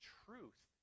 truth